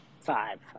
Five